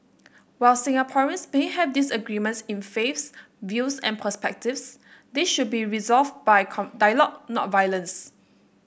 while Singaporeans may have disagreements in faiths views and perspectives they should be resolved by dialogue not violence